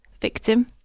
victim